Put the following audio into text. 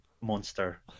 monster